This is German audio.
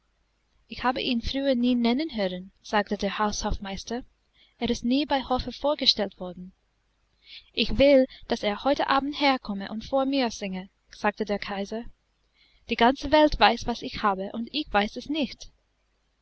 ich habe ihn früher nie nennen hören sagte der haushofmeister er ist nie bei hofe vorgestellt worden ich will daß er heute abend herkomme und vor mir singe sagte der kaiser die ganze welt weiß was ich habe und ich weiß es nicht